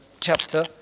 chapter